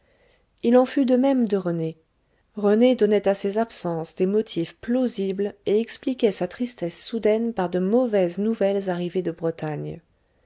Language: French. il en fut de même de rené rené donnait à ses absences des motifs plausibles et expliquait sa tristesse soudaine par de mauvaises nouvelles arrivées de bretagne